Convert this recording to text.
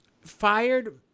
fired